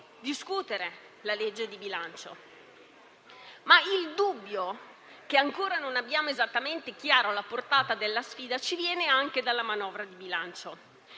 discuterla. Il dubbio che ancora non abbiamo esattamente chiara la portata della sfida ci viene anche dalla manovra di bilancio.